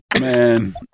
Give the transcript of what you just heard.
man